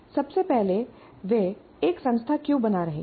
सबसे पहले वे एक संस्था क्यों बना रहे हैं